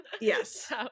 Yes